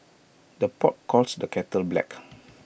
the pot calls the kettle black